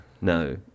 No